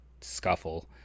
scuffle